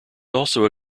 also